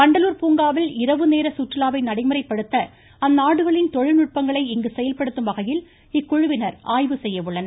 வண்டலூர் பூங்காவில் இரவு நேர சுற்றுலாவை நடைமுறைப்படுத்த அந்நாடுகளின் தொழில்நுட்பங்களை இங்கு செயல்படுத்தும் வகையில் இக்குழுவினர் செய்யஉள்ளனர்